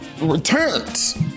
returns